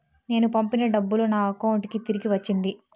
నేను పంపిన డబ్బులు నా అకౌంటు కి తిరిగి వచ్చింది